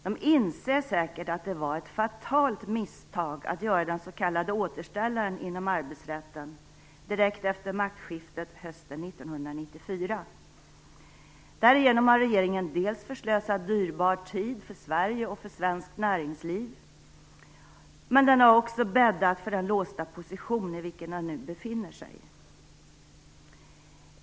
De inser säkert att det var ett fatalt misstag att göra den s.k. återställaren inom arbetsrätten direkt efter maktskiftet hösten 1994. Därigenom har regeringen dels förslösat dyrbar tid för Sverige och för svenskt näringsliv men den har också bäddat för den låsta position i vilken den nu befinner sig.